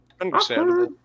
Understandable